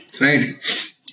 Right